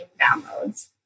downloads